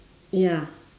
ya